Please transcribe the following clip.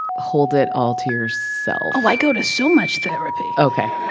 hold it all to yourself oh, i go to so much therapy ok